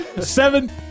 Seven